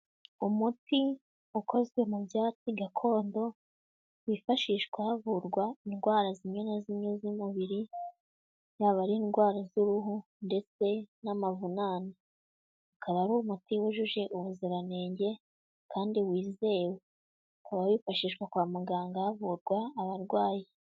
Umuti ukozwe mu byatsi gakondo, wifashishwa havurwa indwara zimwe na zimwe z'umubiri, yaba ari indwara z'uruhu, ndetse n'amavunane, akaba ari umuti wujuje ubuziranenge kandi wizewe, ukaba wifashishwa kwa muganga havurwa abarwayi.